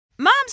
Moms